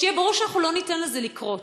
שיהיה ברור שלא ניתן לזה לקרות.